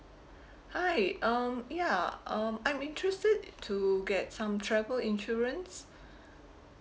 hi um ya um I'm interested to get some travel insurance